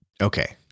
Okay